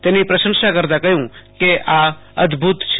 તેની પ્રસંશા કરતાં કહયું કે આ અદભત છે